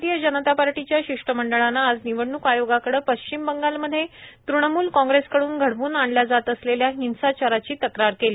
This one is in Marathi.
भारतीय जनता पार्टीच्या शिष्टमंडळानं आज निवडणूक आयोगाकडं पश्चिम बंगालमध्ये तृणमूल कांग्रेसकडुन घडवून आणल्या जात असलेल्या हिंसाचराची तक्रार केली